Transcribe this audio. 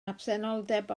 absenoldeb